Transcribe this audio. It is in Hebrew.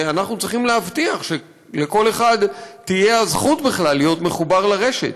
ואנחנו צריכים להבטיח שלכל אחד תהיה הזכות בכלל להיות מחובר לרשת.